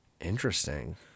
interesting